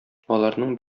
аларның